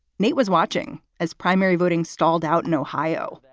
nate was watching as primary voting stalled out in ohio.